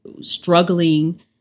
struggling